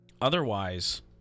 Otherwise